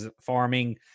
farming